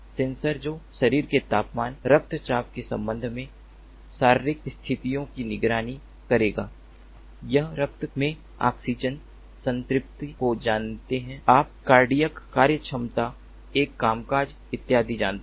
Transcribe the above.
sensor जो शरीर के तापमान रक्तचाप के संबंध में शारीरिक स्थितियों की निगरानी करेंगे आप रक्त में ऑक्सीजन संतृप्ति को जानते हैं आप कार्डियो कार्डियक कार्यक्षमता एक कामकाज इत्यादि जानते हैं